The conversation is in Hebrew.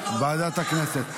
הדיון.